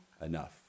enough